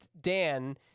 Dan